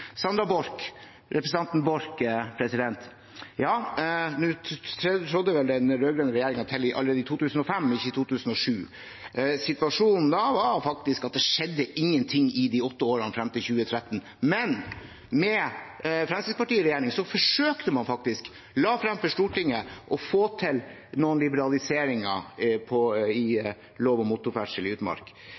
representanten Borch: Nå trådte vel den rød-grønne regjeringen til allerede i 2005, og ikke i 2007. Situasjonen da var faktisk at det ikke skjedde noen ting i de åtte årene frem til 2013, men med Fremskrittspartiet i regjering forsøkte man faktisk – la frem for Stortinget – å få til noen liberaliseringer i lov om motorferdsel i utmark.